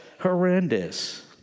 horrendous